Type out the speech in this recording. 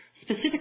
specific